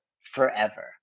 forever